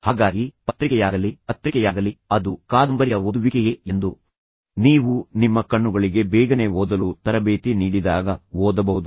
ಹಾಗಾಗಿ ಪತ್ರಿಕೆಯಾಗಲಿ ಪತ್ರಿಕೆಯಾಗಲಿ ಅದು ಕಾದಂಬರಿಯ ಓದುವಿಕೆಯೇ ಎಂದು ನೀವು ನಿಮ್ಮ ಕಣ್ಣುಗಳಿಗೆ ಬೇಗನೆ ಓದಲು ತರಬೇತಿ ನೀಡಿದಾಗ ಓದಬಹುದು